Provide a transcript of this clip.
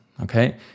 Okay